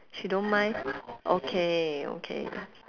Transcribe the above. she don't mind okay okay